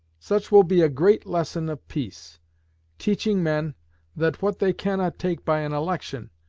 such will be a great lesson of peace teaching men that what they cannot take by an election,